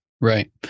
Right